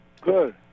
Good